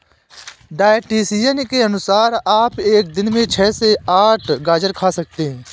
dietitian के अनुसार आप एक दिन में छह से आठ गाजर खा सकते हैं